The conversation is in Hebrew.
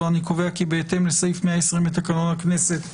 אני קובע כי בהתאם לסעיף 120 לתקנון הכנסת,